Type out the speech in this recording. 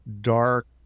dark